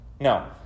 No